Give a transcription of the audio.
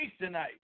tonight